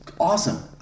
Awesome